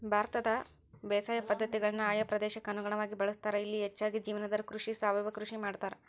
ಭಾರತದಾಗ ಬೇಸಾಯ ಪದ್ಧತಿಗಳನ್ನ ಆಯಾ ಪ್ರದೇಶಕ್ಕ ಅನುಗುಣವಾಗಿ ಬಳಸ್ತಾರ, ಇಲ್ಲಿ ಹೆಚ್ಚಾಗಿ ಜೇವನಾಧಾರ ಕೃಷಿ, ಸಾವಯವ ಕೃಷಿ ಮಾಡ್ತಾರ